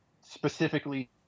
specifically